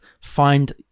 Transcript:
find